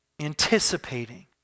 anticipating